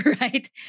right